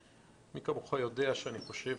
מי כמוך יודע שאני חושב